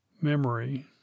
memory